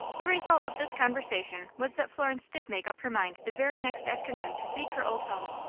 the result of this conversation was that florence did make up her mind the very next afternoon to seek her old home.